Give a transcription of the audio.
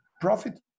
profit